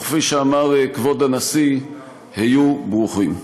וכפי שאמר כבוד הנשיא: היו ברוכים.